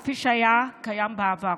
כפי שהיה קיים בעבר.